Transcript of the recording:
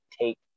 take